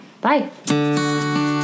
Bye